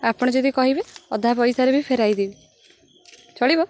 ଆପଣ ଯଦି କହିବେ ଅଧା ପଇସାରେ ବି ଫେରାଇ ଦେବି ଚଳିବ